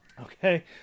okay